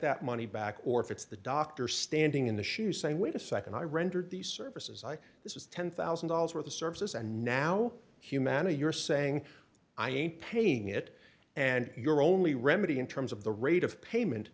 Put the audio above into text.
that money back or if it's the doctor standing in the shoes saying wait a nd i rendered these services i this is ten thousand dollars worth of services and now humana you're saying i ain't paying it and you're only remedy in terms of the rate of payment